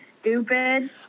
stupid